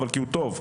כי הוא טוב,